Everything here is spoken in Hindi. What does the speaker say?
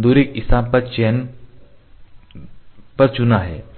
दूरी के स्थान पर चुना है